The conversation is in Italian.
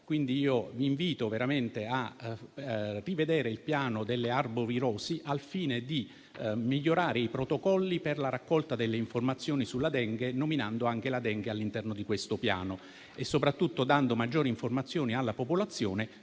nominata. Vi invito veramente a rivedere il piano delle arbovirosi al fine di migliorare i protocolli per la raccolta delle informazioni sulla Dengue, nominando anche la Dengue in questo piano, soprattutto dando maggiori informazioni alla popolazione